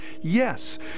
Yes